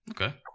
Okay